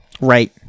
right